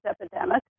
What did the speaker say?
epidemic